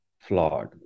flawed